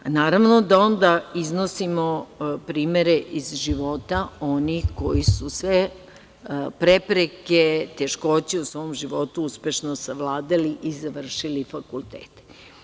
Naravno da onda iznosimo primere iz života onih koji su sve prepreke, teškoće u svom životu uspešno savladali i završili fakultete.